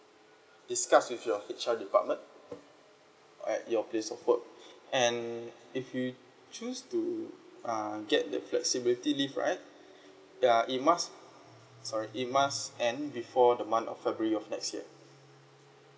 discuss with your H_R department at your place of work and if you choose to uh get the flexibility leave right ya it must sorry it must end before the month of february of next year